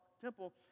temple